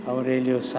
Aurelio